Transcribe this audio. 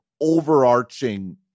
overarching